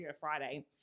Friday